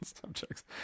subjects